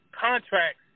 contracts